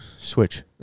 switch